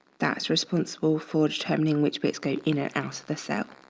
that's responsible for determining which bits going in and out of the cell.